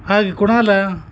ಹಾಗೆ ಕುಣಾಲ